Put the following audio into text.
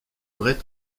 bret